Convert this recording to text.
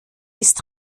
ist